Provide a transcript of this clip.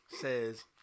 says